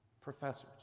professors